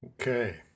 Okay